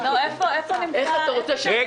איך אתה רוצה ש- --?